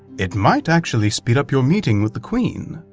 it might actually speed up your meeting with the queen.